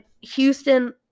Houston